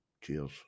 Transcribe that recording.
cheers